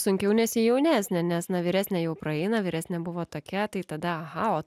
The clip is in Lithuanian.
sunkiau nes ji jaunesnė nes na vyresnė jau praeina vyresnė buvo tokia tai tada aha o